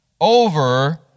over